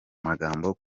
magambo